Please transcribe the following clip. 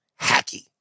hacky